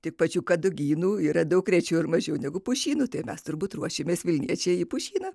tik pačių kadagynų yra daug rečiau ir mažiau negu pušynų tai mes turbūt ruošimės vilniečiai į pušyną